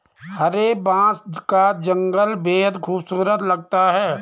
हरे बांस का जंगल बेहद खूबसूरत लगता है